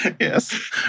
Yes